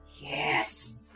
Yes